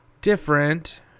different